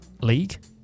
League